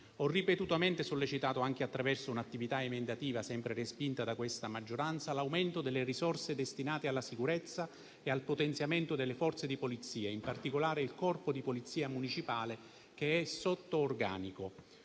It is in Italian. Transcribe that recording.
Ho ripetutamente sollecitato, anche attraverso un'attività emendativa sempre respinta da questa maggioranza, l'aumento delle risorse destinate alla sicurezza e al potenziamento delle Forze di polizia, in particolare del Corpo di polizia municipale, che è sotto organico.